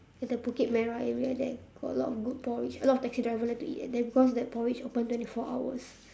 at the bukit merah area there got a lot of good porridge a lot of taxi driver like to eat at there because that porridge open twenty four hours